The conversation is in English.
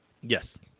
Yes